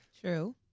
True